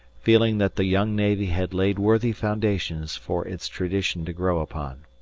feeling that the young navy had laid worthy foundations for its tradition to grow upon.